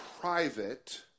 private